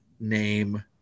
name